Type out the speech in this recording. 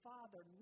Father